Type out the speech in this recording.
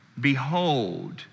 Behold